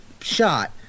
shot